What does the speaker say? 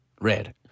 red